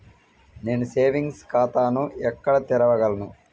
నేను సేవింగ్స్ ఖాతాను ఎక్కడ తెరవగలను?